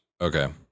Okay